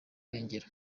irengero